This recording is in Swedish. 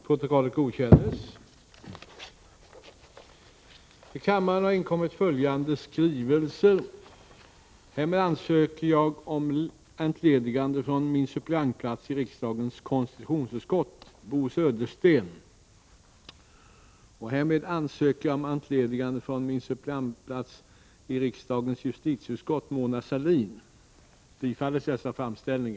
På förslag i centermotioner beslutade riksdagen under våren att höja anslagen till regionala utvecklingsinsatser. Riksdagsbeslutet innebar att ytterligare 100 milj.kr. utöver de medel regeringen föreslagit, avsattes till regionala utvecklingsinsatser för budgetåret 1984/85. Utskottet framhöll vidare att det bör ankomma på regeringen att fördela anslaget mellan länen. Utskottet utgick därvid ifrån att regeringen i detta arbete beaktar de olika förhållanden och skilda problem i resp. län som omnämns i motionen, och vilka bör vara avgörande för medlens fördelning.